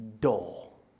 dull